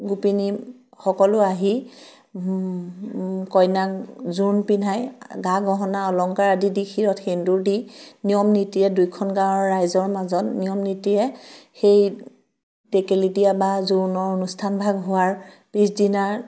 গোপিনীসকলো আহি কইনাক জোৰোণ পিন্ধায় গা গহণা আ অলংকাৰ আদি দি শিৰত সেন্দুৰ দি নিয়ম নীতিৰে দুইখন গাঁৱৰ ৰাইজৰ মাজত নিয়ম নীতিৰে সেই টেকেলি দিয়া বা জোৰোণৰ অনুষ্ঠানভাগ হোৱাৰ পিছদিনা